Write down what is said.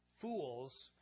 Fools